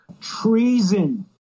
treason